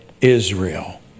Israel